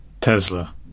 Tesla